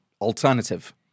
alternative